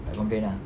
tak complain ah